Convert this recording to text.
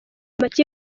amakipe